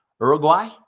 Uruguay